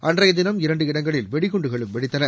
அன்றைய தினம் இரண்டு இடங்களில் வெடிகுண்டுகளும் வெடித்தன